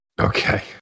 Okay